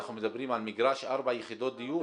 אנחנו מדברים על מגרש, ארבע יחידות דיור?